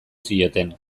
zioten